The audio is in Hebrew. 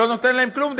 שלא נותן להם כלום,